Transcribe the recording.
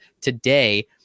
today